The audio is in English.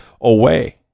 away